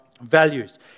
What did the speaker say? values